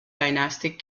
dynastic